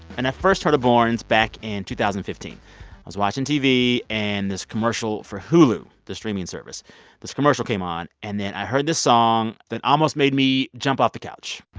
and i first heard of borns back in two thousand and fifteen. i was watching tv, and this commercial for hulu the streaming service this commercial came on. and then i heard this song that almost made me jump off the couch